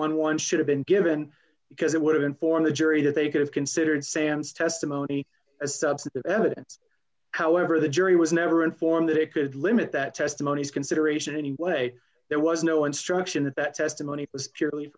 one one should have been given because it would have informed the jury that they could have considered sam's testimony as substantive evidence however the jury was never informed that it could limit that testimony is consideration anyway there was no instruction that testimony was purely